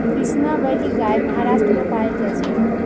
Krishna valley गाय महाराष्ट्र मे पाएल जाइ छै